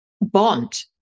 bond